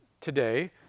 today